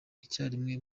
icyarimwe